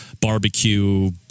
barbecue